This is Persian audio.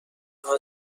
تنها